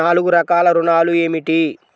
నాలుగు రకాల ఋణాలు ఏమిటీ?